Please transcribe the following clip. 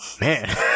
man